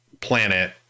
planet